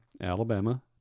Alabama